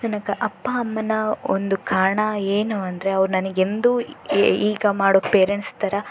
ನನ್ನ ಕ ಅಪ್ಪ ಅಮ್ಮನ ಒಂದು ಕಾರಣ ಏನು ಅಂದರೆ ಅವರು ನನಗೆ ಎಂದೂ ಎ ಈಗ ಮಾಡೋ ಪೇರೆಂಟ್ಸ್ ಥರ